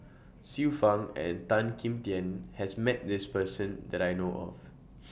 Xiu Fang and Tan Kim Tian has Met This Person that I know of